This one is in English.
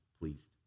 pleased